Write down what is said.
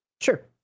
Sure